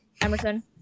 Emerson